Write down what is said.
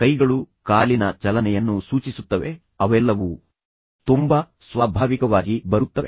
ಕೈಗಳು ಕಾಲಿನ ಚಲನೆಯನ್ನು ಸೂಚಿಸುತ್ತವೆ ಅವೆಲ್ಲವೂ ತುಂಬಾ ಸ್ವಾಭಾವಿಕವಾಗಿ ಬರುತ್ತವೆ